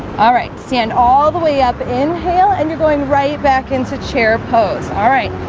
all right stand all the way up inhale and you're going right back into chair pose. all right,